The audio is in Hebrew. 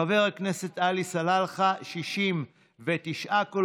חבר הכנסת עלי סלאלחה, 69 קולות.